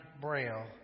braille